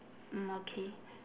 mm okay